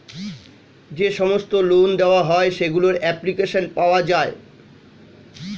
যে সমস্ত লোন দেওয়া হয় সেগুলোর অ্যাপ্লিকেশন পাওয়া যায়